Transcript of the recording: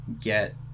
get